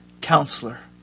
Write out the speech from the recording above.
Counselor